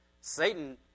Satan